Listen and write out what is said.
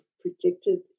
predicted